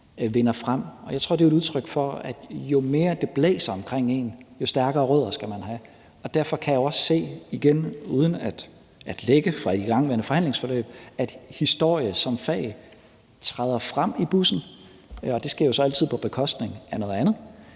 vinder frem. Jeg tror, det er et udtryk for, at jo mere det blæser omkring en, jo stærkere rødder skal man have. Derfor kan jeg jo også se – igen uden at jeg vil lække fra de igangværende forhandlingsforløb – at historie som fag træder frem i bussen, og det sker jo så altid på bekostning af noget andet.